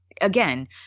again